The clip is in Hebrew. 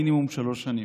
מינימום שלוש שנים.